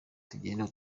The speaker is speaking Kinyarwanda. tugenda